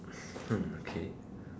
okay